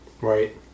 Right